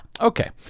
okay